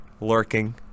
lurking